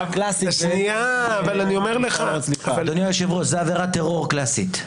אדוני היושב-ראש, זה עבירת טרור קלאסית.